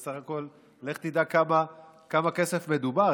כי סך הכול לך תדע על כמה כסף מדובר.